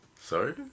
Sorry